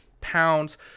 pounds